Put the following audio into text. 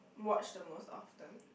watch the most often